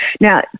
Now